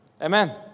Amen